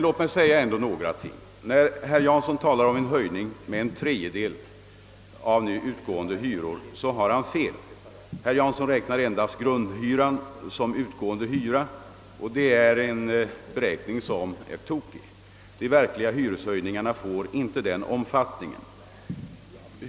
Låt mig ändå göra några påpekanden. När herr Jansson talar om en höjning med en tredjedel av nu utgående hyror, har han fel. Herr Jansson har endast räknat med grundhyran som utgående hyra, och då blir beräkningsunderlaget oriktigt. De verkliga hyreshöjningarna får inte så stor omfattning som herr Jansson vill göra gällande.